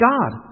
God